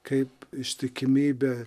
kaip ištikimybė